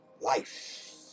Life